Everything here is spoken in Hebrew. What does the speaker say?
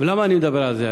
ולמה אני מדבר על זה היום?